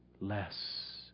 less